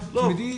תמידי,